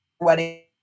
wedding